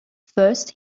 first